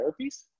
therapies